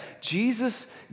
Jesus